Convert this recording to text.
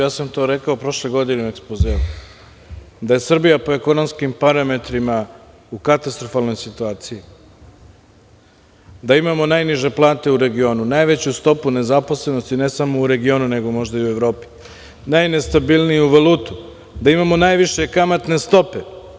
To sam rekao prošle godine u ekspozeu, da je Srbija po ekonomskim parametrima u katastrofalnoj situaciji, da imamo najniže plate u regionu, najveću stopu nezaposlenosti ne samo u regionu, nego možda i u Evropi, najnestabilniju valutu, da imamo najviše kamatne stope.